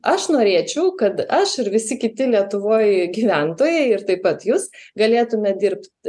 aš norėčiau kad aš ir visi kiti lietuvoj gyventojai ir taip pat jūs galėtumėt dirbt